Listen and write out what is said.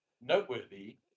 noteworthy